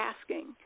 asking